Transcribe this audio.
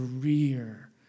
career